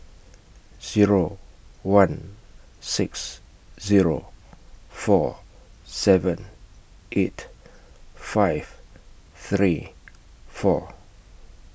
Zero one six Zero four seven eight five three four